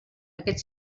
aquest